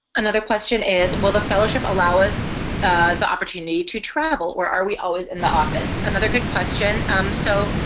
another question is well the fellowship allow us the opportunity to travel where are we always in the office another good question um so